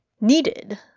needed